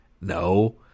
No